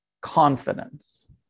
Confidence